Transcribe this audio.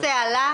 הנושא עלה.